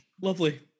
Lovely